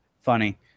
funny